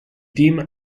team